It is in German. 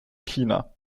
china